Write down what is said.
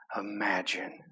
Imagine